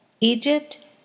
Egypt